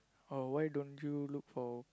oh why don't you look for